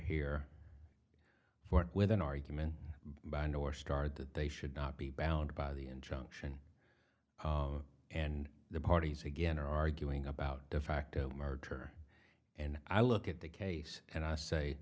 here for it with an argument by nor started that they should not be bound by the injunction and the parties again are arguing about de facto murder and i look at the case and i say